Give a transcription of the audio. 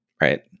right